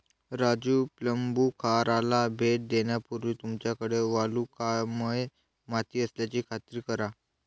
राजू प्लंबूखाराला भेट देण्यापूर्वी तुमच्याकडे वालुकामय माती असल्याची खात्री करा